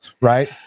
Right